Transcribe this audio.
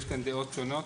יש כאן דעות שונות.